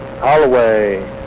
Holloway